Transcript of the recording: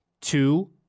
Two